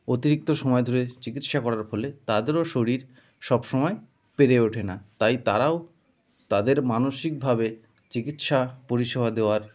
অতিরিক্ত সময় ধরে চিকিৎসা করার ফলে তাদেরও শরীর সব সময় পেরে ওঠে না তাই তারাও তাদের মানসিকভাবে চিকিৎসা পরিষেবা দেওয়ার